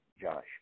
Josh